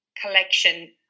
collection